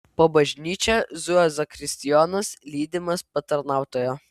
po bažnyčią zujo zakristijonas lydimas patarnautojo